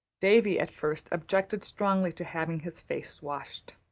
davy at first objected strongly to having his face washed.